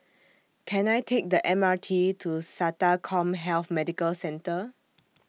Can I Take The M R T to Sata Commhealth Medical Centre